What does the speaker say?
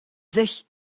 sich